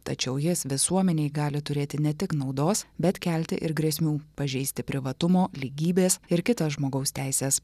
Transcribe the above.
tačiau jas visuomenei gali turėti ne tik naudos bet kelti ir grėsmių pažeisti privatumo lygybės ir kitas žmogaus teises